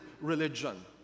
religion